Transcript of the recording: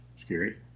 Scary